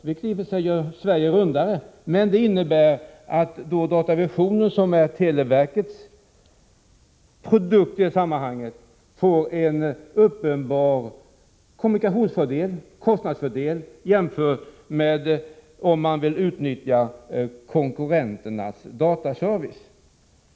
Det gör i och för sig Sverige rundare, men det innebär också att datavisionen, som är televerkets produkt, får en uppenbar kostnadsfördel jämfört med konkurrenternas dataservice.